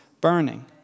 burning